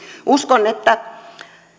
uskon että